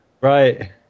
Right